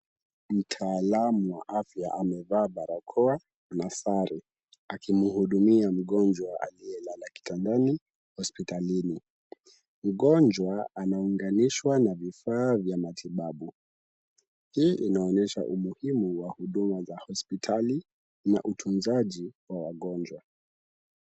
Mtaalamu wa afya amevaa barakoa na sare, akimhudumia mgonjwa aliyelala kitandani hospitalini. Mgonjwa anaunganishwa na vifaa vya matibabu. Hii inaonyesha umuhimu wa huduma za hospitali na utunzaji wa wagonjwa.